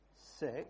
six